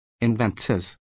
inventors